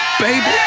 baby